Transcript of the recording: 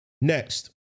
Next